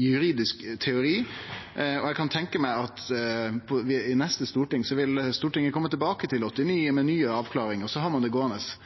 juridisk teori, og eg kan tenke meg at i det neste storting vil Stortinget kome tilbake til § 89 med nye avklaringar, og så har ein det gåande